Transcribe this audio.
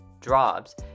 drops